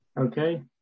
Okay